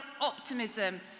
optimism